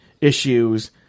issues